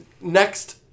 next